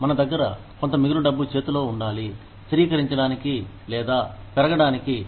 మన దగ్గర కొంత మిగులు డబ్బు చేతిలో ఉండాలి స్థిరీకరించినడానికి లేదా పెరగడానికి